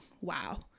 wow